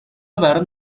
برام